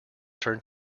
turns